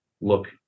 look